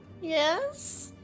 yes